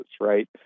right